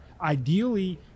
Ideally